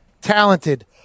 talented